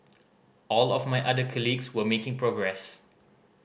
all of my other colleagues were making progress